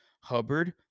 Hubbard